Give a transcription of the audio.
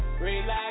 Relax